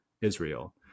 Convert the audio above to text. Israel